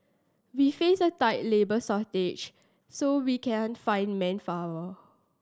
we face a tight labour shortage so we can't find manpower